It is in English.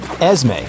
Esme